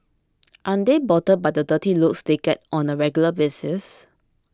aren't they bothered by the dirty looks they get on a regular basis